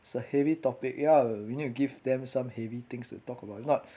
it's a heavy topic ya you need to give them some heavy things to talk about ya